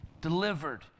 delivered